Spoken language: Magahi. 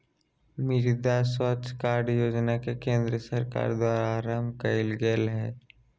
मृदा स्वास्थ कार्ड योजना के केंद्र सरकार द्वारा आरंभ कइल गेल हइ